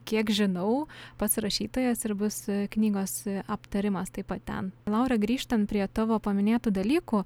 kiek žinau pats rašytojas ir bus knygos aptarimas taip pat ten laura grįžtant prie tavo paminėtų dalykų